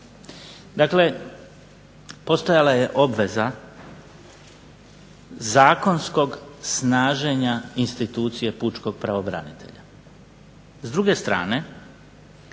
Dakle, postojala je obveza zakonskog snaženja institucije pučkog pravobranitelja.